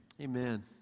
Amen